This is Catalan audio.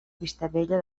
vistabella